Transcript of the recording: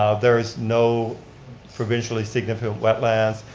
ah there is no provincially significant wetlands,